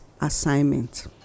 assignment